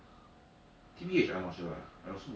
normally the other people all damn fucking noob [one]